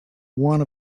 one